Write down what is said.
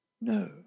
No